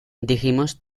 dijimos